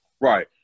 Right